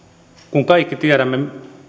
kun kaikki tiedämme